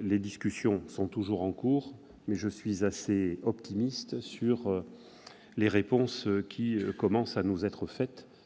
Les discussions sont toujours en cours, mais je suis assez optimiste au regard des réponses qui commencent à nous être faites.